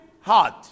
heart